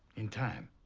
in time.